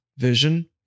Vision